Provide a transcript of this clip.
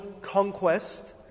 conquest